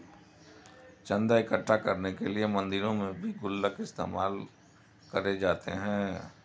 चन्दा इकट्ठा करने के लिए मंदिरों में भी गुल्लक इस्तेमाल करे जाते हैं